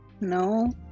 no